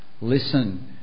listen